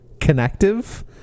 connective